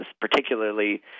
particularly